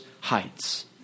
heights